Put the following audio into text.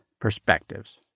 perspectives